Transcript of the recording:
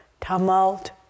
tumult